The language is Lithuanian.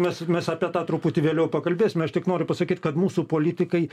mes mes apie tą truputį vėliau pakalbėsim aš tik noriu pasakyt kad mūsų politikai